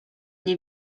nie